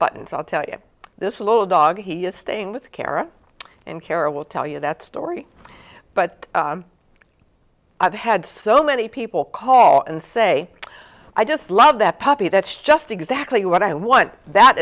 buttons i'll tell you this little dog he is staying with kara and kara will tell you that story but i've had so many people call and say i just love that puppy that's just exactly what i want that